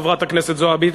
חברת הכנסת זועבי.